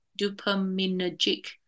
dopaminergic